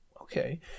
Okay